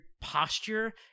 posture